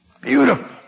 Beautiful